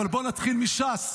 אבל בוא נתחיל מש"ס.